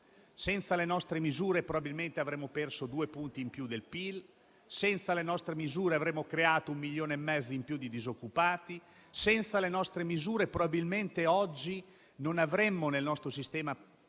della pandemia, probabilmente avremmo perso 2 punti in più del PIL. Senza le nostre misure avremmo creato un milione e mezzo in più di disoccupati; senza le nostre misure probabilmente oggi non avremmo nel nostro sistema